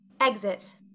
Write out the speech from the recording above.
Exit